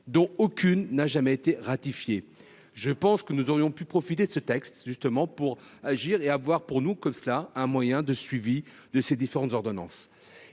dont aucune n’a jamais été ratifiée. Je pense que nous aurions pu profiter de ce texte pour agir et nous donner le moyen de suivre ces différentes ordonnances.